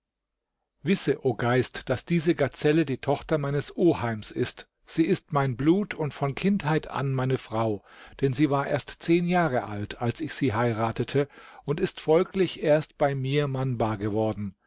wisse o geist daß diese gazelle die tochter meines oheims ist sie ist mein blut und von kindheit an meine frau denn sie war erst zehn jahre alt als ich sie heiratete und ist folglich erst bei mir mannbar geworden